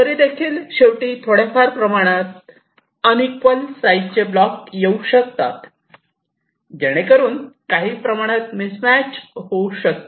तरीदेखील शेवटी थोड्याफार प्रमाणात अन इक्वल साईज चे ब्लॉक येऊ शकतात जेणेकरून काहीतरी प्रमाणात मिस मॅच होऊ शकते